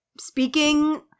speaking